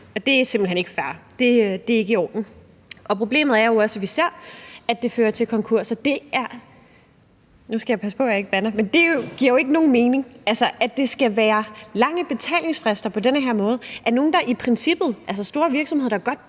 det er simpelt hen ikke fair; det er ikke i orden. Problemet er jo også, at vi ser, at det fører til konkurser. Og nu skal jeg passe på, jeg ikke bander, men det giver jo ikke nogen mening, at der skal være lange betalingsfrister på den her måde for nogle, altså store virksomheder, der i